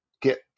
Get